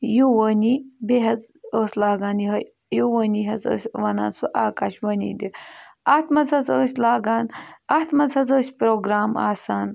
یوٗوٲنی بیٚیہِ حظ ٲس لاگان یِہوٚے ایوٗوٲنی حظ ٲسۍ وَنان سُہ آکاش وانی دِ اَتھ منٛز حظ ٲسۍ لاگان اَتھ منٛز حظ ٲسۍ پرٛوگرام آسان